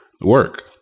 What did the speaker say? work